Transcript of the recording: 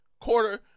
quarter